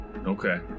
Okay